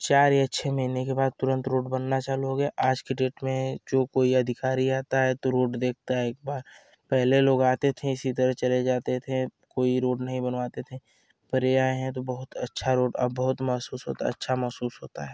चार या छः महीने के बाद तुरंत रोड बनना चालू हो गया आज की डेट में जो कोई अधिकारी आता है तो रोड देखता है एक बार पहले लोग आते थे इसी तरह चले जाते थे कोई रोड नहीं बनवाते थे पर ये आए हैं तो बहुत अच्छा रोड अब बहुत महसूस होता है अच्छा महसूस होता है